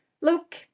Look